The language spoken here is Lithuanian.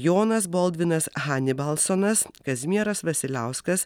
jonas boldvinas hanibalsonas kazimieras vasiliauskas